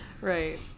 Right